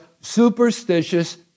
superstitious